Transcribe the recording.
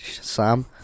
Sam